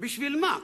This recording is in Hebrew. בשביל מה?